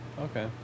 okay